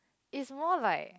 is more like